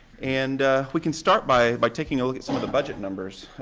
and we can start by by taking a look at some of the budget numbers.